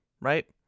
Right